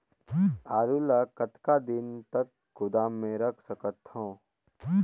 आलू ल कतका दिन तक गोदाम मे रख सकथ हों?